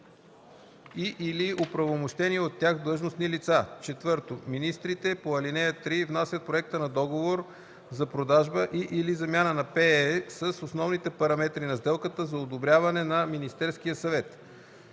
и/или от оправомощени от тях длъжностни лица. (4) Министрите по ал. 3 внасят проекта на договор за продажба и/или замяна на ПЕЕ с основните параметри на сделката за одобряване от Министерския съвет.